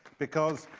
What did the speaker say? because